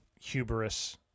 hubris